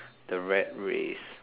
the rat race